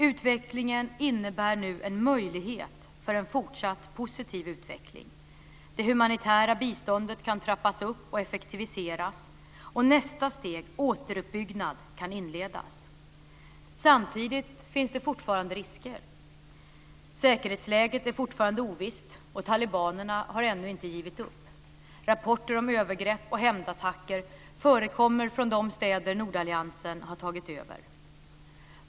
Utvecklingen innebär nu en möjlighet till en fortsatt positiv utveckling. Det humanitära biståndet kan trappas upp och effektiviseras, och nästa steg, återuppbyggnad, kan inledas. Samtidigt finns det fortfarande risker. Säkerhetsläget är fortfarande ovisst, och talibanerna har ännu inte givit upp. Rapporter om övergrepp och hämndattacker förekommer från de städer nordalliansen har tagit över.